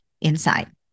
inside